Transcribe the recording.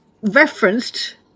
referenced